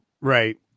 Right